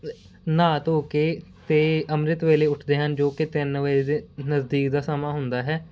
ਨਹਾ ਧੋ ਕੇ ਅਤੇ ਅੰਮ੍ਰਿਤ ਵੇਲੇ ਉੱਠਦੇ ਹਨ ਜੋ ਕਿ ਤਿੰਨ ਵਜੇ ਦੇ ਨਜ਼ਦੀਕ ਦਾ ਸਮਾਂ ਹੁੰਦਾ ਹੈ